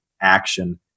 action